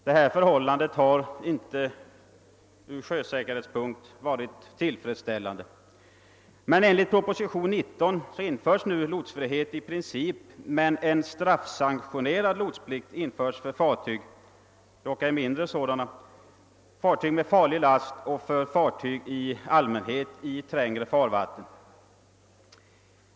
Detta förhållande har inte ur sjösäkerhetssynpunkt varit tillfredsställande. Enligt propositionen 119 infördes nu lotsfrihet i princip, men en straffsanktionerad lotsplikt införs för fartyg, dock ej för mindre sådana, med farlig last och för fartyg i allmänhet i trängre farvatten.